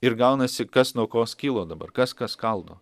ir gaunasi kas nuo ko skilo dabar kas ką skaldo